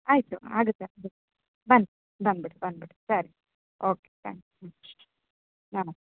ಆಯಿತು ಆಗುತ್ತೆ ಬನ್ನಿ ಬಂದ್ಬಿಡಿ ಬಂದ್ಬಿಡಿ ಸರಿ ಓಕೆ ತ್ಯಾಂಕ್ ಯು ಹ್ಞೂ ನಮಸ್ತೆ